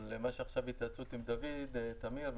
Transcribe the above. אבל עכשיו יש התייעצות עם דוד טמיר,